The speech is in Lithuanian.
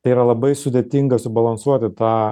tai yra labai sudėtinga subalansuoti tą